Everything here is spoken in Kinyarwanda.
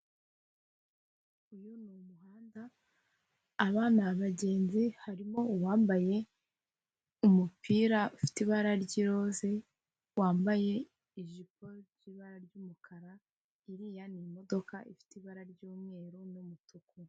Uyu ni umuhanda, aba ni abagenzi, harimo uwambaye umupira ufite ibara ry'iroza, wambaye ijipo ifite ibara ry'umukara, iriya ni imodoka ifite ibara ry'umweru n'umutuku.